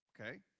Okay